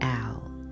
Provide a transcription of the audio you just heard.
out